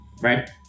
Right